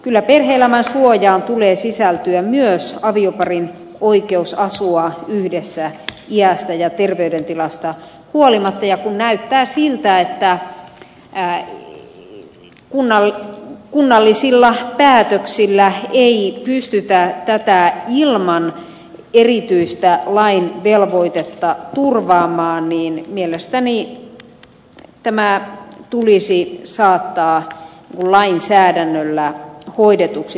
kyllä perhe elämän suojaan tulee sisältyä myös avioparin oikeus asua yhdessä iästä ja terveydentilasta huolimatta ja kun näyttää siltä että kunnallisilla päätöksillä ei pystytä tätä ilman erityistä lain velvoitetta turvaamaan niin mielestäni tämä kysymys tulisi saattaa lainsäädännöllä hoidetuksi